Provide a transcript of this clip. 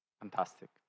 Fantastic